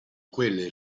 quelle